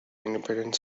independent